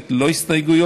מוגשת ללא הסתייגויות,